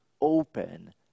open